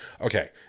Okay